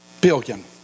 billion